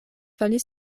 fali